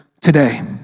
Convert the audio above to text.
today